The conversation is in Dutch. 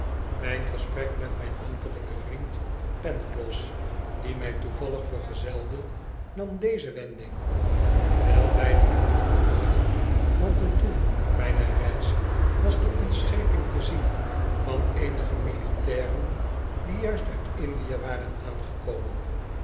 mijn gesprek met mijn ambtelijken vriend pangloss die mij toevallig vergezelde nam deze wending terwijl wij den heuvel opgingen want t doel mijner reis was de ontscheping te zien van eenige militairen die juist uit indië waren aangekomen